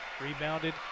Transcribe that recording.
Rebounded